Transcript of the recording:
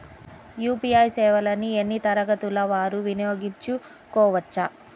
UPI సేవలని అన్నీ తరగతుల వారు వినయోగించుకోవచ్చా?